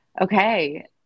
okay